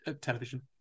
Television